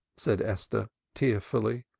said esther tearfully.